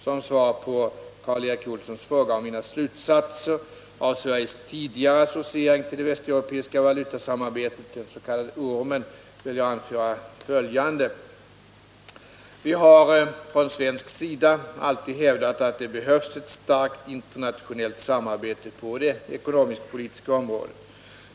Som svar på Karl Erik Olssons fråga om mina slutsatser av Sveriges tidigare associering till det västeuropeiska valutasamarbetet, den s.k. ormen, vill jag anföra följande. Vi har från svensk sida alltid hävdat att det behövs ett starkt internationellt samarbete på det ekonomisk-politiska området.